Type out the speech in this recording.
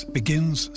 begins